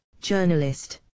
journalist